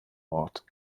ort